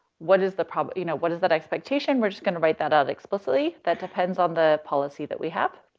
what is the problem, you know, what is that expectation? we're just going to write that out explicitly, that depends on the policy that we have.